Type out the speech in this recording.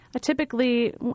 Typically